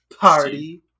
Party